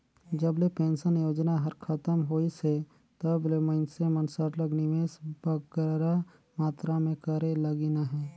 जब ले पेंसन योजना हर खतम होइस हे तब ले मइनसे मन सरलग निवेस बगरा मातरा में करे लगिन अहे